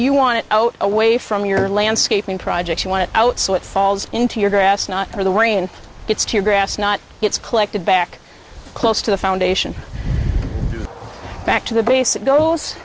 you want it out away from your landscaping projects you want it out so it falls into your grass not for the rain it's to grass not it's collected back close to the foundation back to the bas